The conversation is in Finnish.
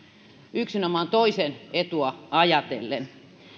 yksinomaan toisen etua ajatellen